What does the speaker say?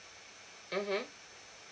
mmhmm